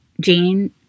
Jane